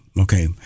Okay